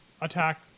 attack